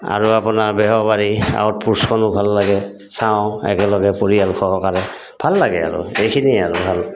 আৰু আপোনাৰ বেহাবাৰী আউট পোষ্টখনো ভাল লাগে চাওঁ একেলগে পৰিয়াল সহকাৰে ভাল লাগে আৰু এইখিনিয়ে আৰু ভাল